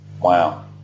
wow